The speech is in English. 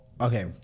okay